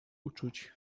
uczuć